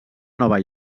nova